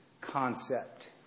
concept